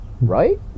Right